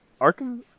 Arkham